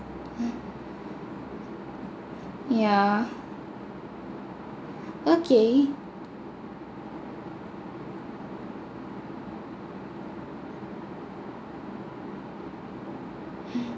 yeah okay